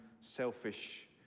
selfish